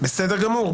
בסדר גמור.